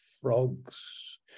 frogs